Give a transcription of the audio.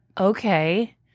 okay